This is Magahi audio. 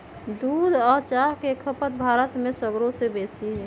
दूध आ चाह के खपत भारत में सगरो से बेशी हइ